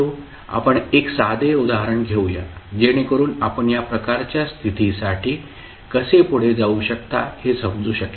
आपण एक साधे उदाहरण घेऊया जेणेकरुन आपण या प्रकारच्या स्थितीसाठी कसे पुढे जाऊ शकता हे समजू शकेल